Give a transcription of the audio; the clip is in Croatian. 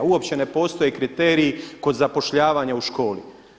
Uopće ne postoje kriteriji kod zapošljavanja u školi.